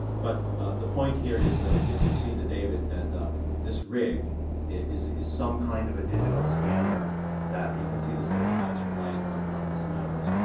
but the point here is ah is you see the david and this rig is is some kind of a digital scanner that you can see this little patch of light on on his nose.